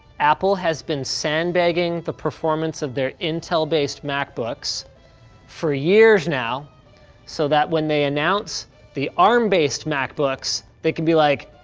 apple has been sandbagging the performance of their intel based macbooks for years now so that when they announce the arm based macbooks they can be like,